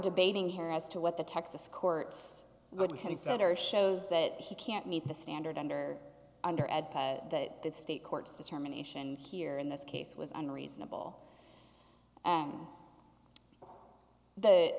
debating here as to what the texas courts would consider shows that he can't meet the standard under under the state courts determination here in this case was unreasonable and th